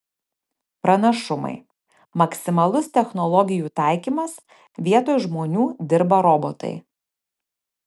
pranašumai maksimalus technologijų taikymas vietoj žmonių dirba robotai